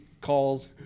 calls